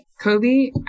Kobe